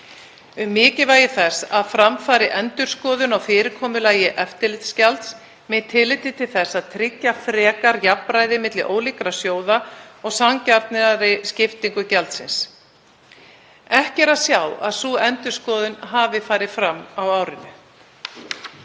um mikilvægi þess að fram fari endurskoðun á fyrirkomulagi eftirlitsgjalds með tilliti til þess að tryggja frekar jafnræði milli ólíkra lífeyrissjóða og sanngjarna skiptingu gjaldsins. Ekki er að sjá að sú endurskoðun hafi farið fram á árinu.